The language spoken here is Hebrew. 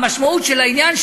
המשמעות של העניין,